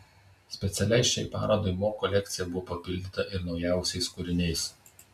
specialiai šiai parodai mo kolekcija buvo papildyta ir naujais kūriniais